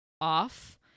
off